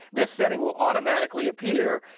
this setting will automatically appear,